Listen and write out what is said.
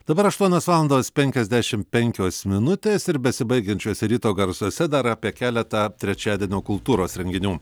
dabar aštuonios valandos penkiasdešim penkios minutės ir besibaigiančiuose ryto garsuose dar apie keletą trečiadienio kultūros renginių